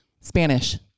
spanish